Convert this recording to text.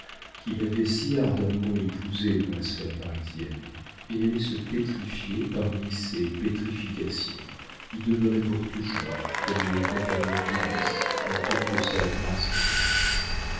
qu'il avait si ardemment épousée dans la sphère parisienne et allait se pétrifier parmi ces pétrifications y demeurer pour toujours comme les compagnons d'ulysse content de sa grasse enveloppe